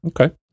Okay